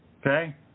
Okay